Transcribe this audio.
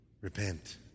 Repent